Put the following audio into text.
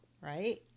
Right